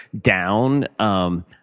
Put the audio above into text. down